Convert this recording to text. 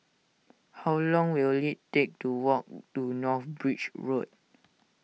how long will it take to walk to North Bridge Road